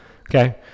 Okay